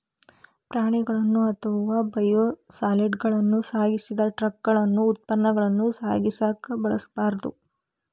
ಪ್ರಾಣಿಗಳನ್ನ ಅಥವಾ ಬಯೋಸಾಲಿಡ್ಗಳನ್ನ ಸಾಗಿಸಿದ ಟ್ರಕಗಳನ್ನ ಉತ್ಪನ್ನಗಳನ್ನ ಸಾಗಿಸಕ ಬಳಸಬಾರ್ದು